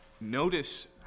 notice